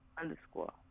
Underscore